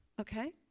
Okay